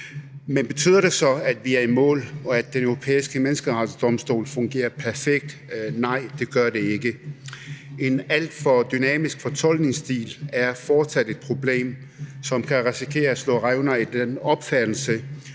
Men betyder det så, at vi er i mål, og at Den Europæiske Menneskerettighedsdomstol fungerer perfekt? Nej, det gør det ikke. En alt for dynamisk fortolkningsstil er fortsat et problem, som kan risikere at slå revner i opfattelsen